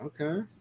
Okay